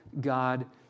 God